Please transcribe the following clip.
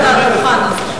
תרים את המיקרופון.